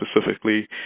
specifically